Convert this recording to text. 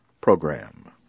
program